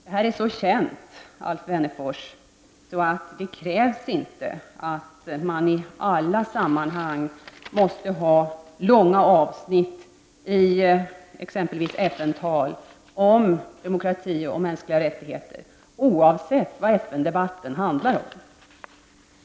Det här är så känt, Alf Wennerfors, att det inte krävs att man i alla sammanhang, exempelvis i FN-tal, har långa avsnitt om demokrati och mänskliga rättigheter, oavsett vad debatten handlar om.